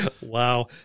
Wow